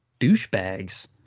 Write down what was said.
douchebags